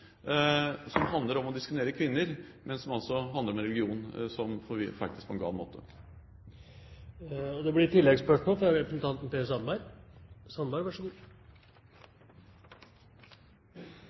som handler om å diskriminere kvinner, men som altså handler om religion som forfektes på en gal måte. Det blir ett oppfølgingsspørsmål – Per Sandberg.